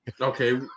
okay